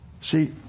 See